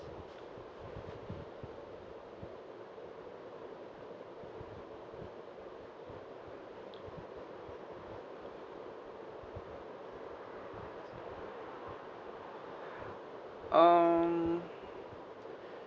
mm